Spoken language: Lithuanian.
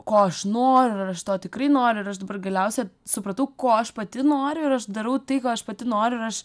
ko aš noriu ir aš to tikrai noriu ir aš dabar galiausia supratau ko aš pati noriu ir aš darau tai ko aš pati noriu ir aš